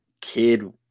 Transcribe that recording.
Kid